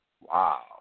Wow